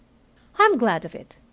i'm glad of it,